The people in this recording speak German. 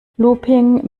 looping